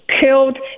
killed